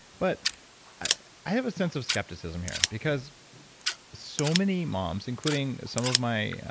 but i i have a sense of skepticism here, because so many moms, including some of my.